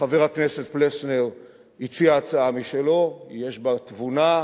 חבר הכנסת פלסנר הציע הצעה משלו, יש בה תבונה,